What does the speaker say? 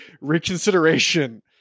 reconsideration